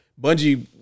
Bungie